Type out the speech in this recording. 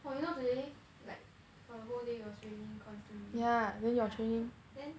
oh you know today like for the whole day it was raining constantly yeah then